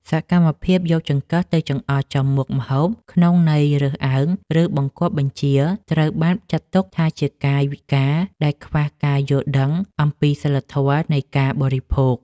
សកម្មភាពយកចង្កឹះទៅចង្អុលចំមុខម្ហូបក្នុងន័យរើសអើងឬបង្គាប់បញ្ជាត្រូវបានចាត់ទុកថាជាកាយវិការដែលខ្វះការយល់ដឹងអំពីសីលធម៌នៃការបរិភោគ។